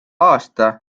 aasta